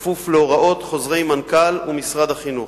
כפוף להוראות חוזרי מנכ"ל ומשרד החינוך.